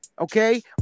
okay